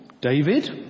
David